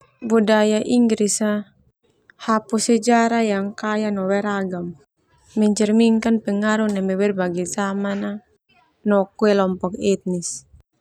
Budaya Inggris ah hapus sejarah yang kaya no beragam, mencerminkan pengaruh neme berbagai zaman no kelompok etnis.